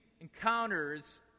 encounters